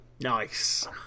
nice